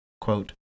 quote